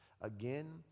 again